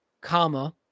comma